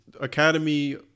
Academy